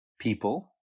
people